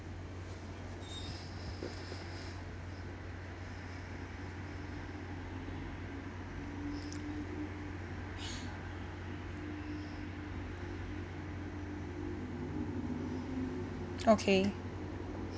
okay